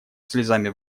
слезами